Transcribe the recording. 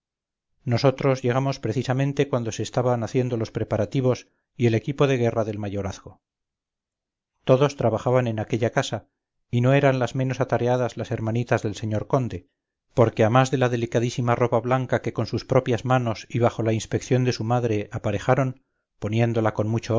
nosotros llegamos precisamente cuando se estabanhaciendo los preparativos y el equipo de guerra del mayorazgo todos trabajaban en aquella casa y no eran las menos atareadas las hermanitas del señor conde porque a más de la delicadísima ropa blanca que con sus propias manos y bajo la inspección de su madre aparejaron poniéndola con mucho